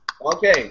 Okay